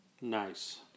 Nice